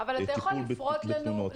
טיפול בתלונות,